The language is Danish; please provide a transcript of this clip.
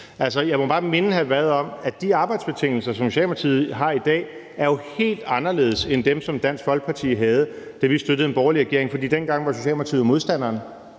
hr. Frederik Vad om, at de arbejdsbetingelser, som Socialdemokratiet har i dag, jo er helt anderledes end dem, som Dansk Folkeparti havde, da vi støttede en borgerlig regering, for dengang var Socialdemokratiet jo modstanderen.